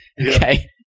okay